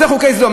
אלה חוקי סדום.